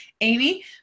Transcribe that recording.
Amy